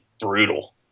brutal